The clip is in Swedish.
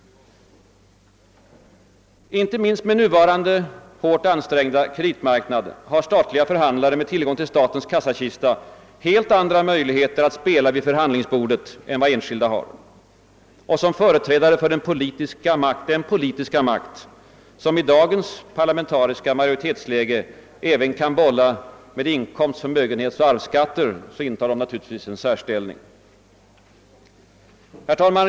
Inte minst med nuvarande hårt ansträngda kreditmarknad har statliga förhandlare med tillgång till statens kassakista helt andra möjligheter att spela vid förhandlingsbordet än enskilda har. Och som företrädare för den politiska makt, som i dagens parlamentariska majoritetsläge även kan bolla med inkomst-, förmögenhetsoch arvsskatter, intar de naturligtvis en särställning. Herr talman!